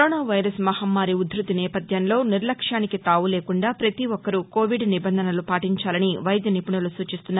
corona virus మహమ్మారి ఉధృతి నేపథ్యంలో నిర్లక్ష్యానికి తావు లేకుండా ప్రతి ఒక్కరూ కోవిడ్ నిబంధనలు పాటించాలని వైద్య నిపుణులు సూచిస్తున్నారు